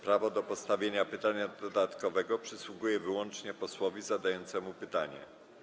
Prawo do postawienia pytania dodatkowego przysługuje wyłącznie posłowi zadającemu pytanie.